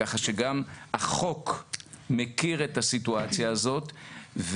ככה שגם החוק מכיר את הסיטואציה הזאת.